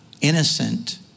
innocent